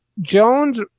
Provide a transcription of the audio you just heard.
Jones